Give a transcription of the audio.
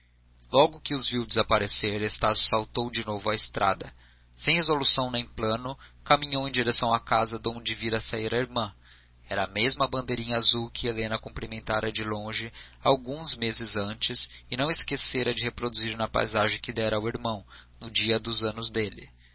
logo que os viu desaparecer estácio saltou de novo à estrada sem resolução nem plano caminhou em direção à casa donde vira sair a irmã era a mesma da bandeirinha azul que helena cumprimentara de longe alguns meses antes e não esquecera de reproduzir na paisagem que dera ao irmão no dia dos anos dele